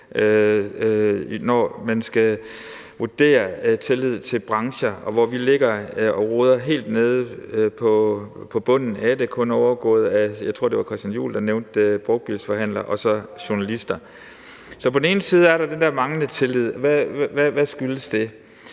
når man skal vurdere tilliden til brancher, hvor vi ligger og roder helt nede i bunden af det, kun overgået af, jeg tror, det var Christian Juhl, der nævnte det, brugtbilsforhandlere og så journalister. Så der er den der manglende tillid, og hvad skyldes det?